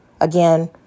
Again